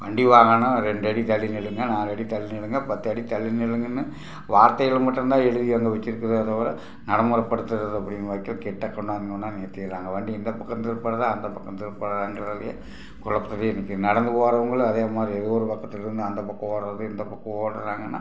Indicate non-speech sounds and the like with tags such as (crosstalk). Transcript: வண்டி வாகனம் ரெண்டு அடி தள்ளி நில்லுங்க நாலடி தள்ளி நில்லுங்க பத்தடி தள்ளி நில்லுங்கன்னு வார்த்தையில் மட்டும் தான் எழுதி அங்கே வச்சிருக்குதே தவிர நடைமுறைப்படுத்துகிறது அப்படின்னு (unintelligible) கிட்ட கொண்டாந்து கொண்டாந்து நிறுத்திடுறாங்க வண்டி இந்த பக்கம் திருப்புகிறதா அந்த பக்கம் திருப்புகிறதாங்கறதே குழப்பத்துலையே நிற்கிது நடந்து போகிறவங்களும் அதே மாதிரி எதோ ஒரு பக்கத்துலேருந்து அந்த பக்கம் ஓட்டுறது இந்த பக்கம் ஓட்டுறாங்கன்னா